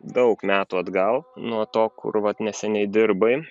daug metų atgal nuo to kur vat neseniai dirbai